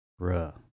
bruh